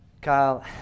Kyle